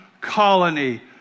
colony